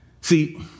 See